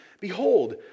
behold